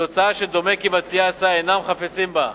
תוצאה שדומה כי מציעי ההצעה אינם חפצים בה.